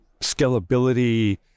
scalability